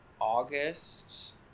August